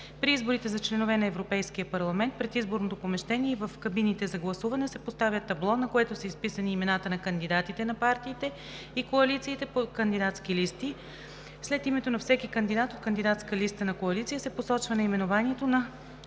При изборите за членове на Европейския парламент пред изборното помещение и в кабините за гласуване се поставя табло, на което са изписани имената на кандидатите на партиите и коалициите по кандидатски листи. След името на всеки кандидат от кандидатска листа на коалиция се посочва наименованието на